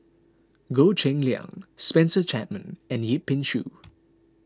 Goh Cheng Liang Spencer Chapman and Yip Pin Xiu